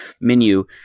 menu